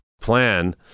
plan